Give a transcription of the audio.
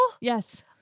Yes